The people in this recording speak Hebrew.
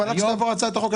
אבל עד שתעבור פה הצעת החוק,